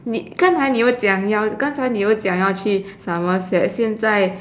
你刚才你又讲要刚才你又讲要去 somerset 现在